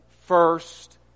first